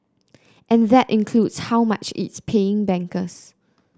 and that includes how much it's paying bankers